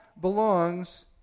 belongs